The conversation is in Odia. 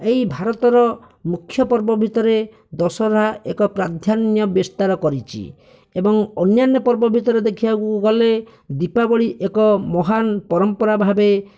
ଏହି ଭାରତର ମୁଖ୍ୟ ପର୍ବ ଭିତରେ ଦଶହରା ଏକ ପ୍ରାଧ୍ୟାନ୍ୟ ବିସ୍ତାର କରିଛି ଏବଂ ଅନ୍ୟାନ୍ୟ ପର୍ବ ଭିତରେ ଦେଖିବାକୁ ଗଲେ ଦୀପାବଳୀ ଏକ ମହାନ ପରମ୍ପରା ଭାବେ